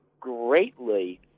greatly